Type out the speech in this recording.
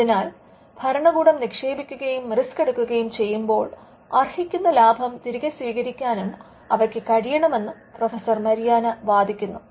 അതിനാൽ ഭരണകൂടം നിക്ഷേപിക്കുകയും റിസ്ക് എടുക്കുകയും ചെയ്യുമ്പോൾ അർഹിക്കുന്ന ലാഭം തിരികെ സ്വീകരിക്കാനും അവയ്ക്ക് കഴിയണം എന്ന് പ്രൊഫസർ മരിയാന വാദിക്കുന്നു